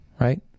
right